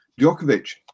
Djokovic